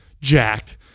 jacked